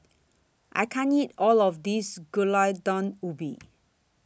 I can't eat All of This Gulai Daun Ubi